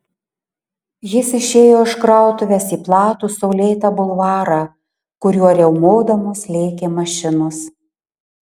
jis išėjo iš krautuvės į platų saulėtą bulvarą kuriuo riaumodamos lėkė mašinos